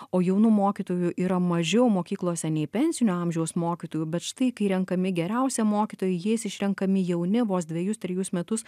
o jaunų mokytojų yra mažiau mokyklose nei pensinio amžiaus mokytojų bet štai kai renkami geriausi mokytojai jais išrenkami jauni vos dvejus trejus metus